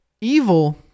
Evil